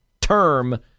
term